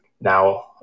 now